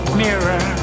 mirror